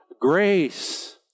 grace